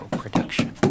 production